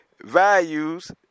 values